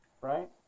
right